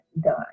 done